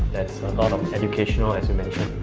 lot of educational as you mentioned.